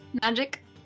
magic